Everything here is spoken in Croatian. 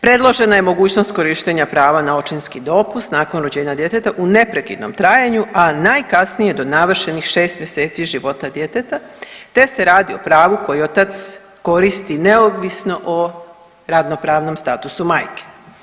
Predložena je mogućnost prava na očinski dopust nakon rođenja djeteta u neprekidnom trajanju, a najkasnije do navršenih 6 mjeseci života djeteta te se radi o pravu koji otac koristi neovisno o radno pravnom statusu majke.